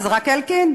זה רק אלקין?